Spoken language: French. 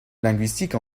linguiste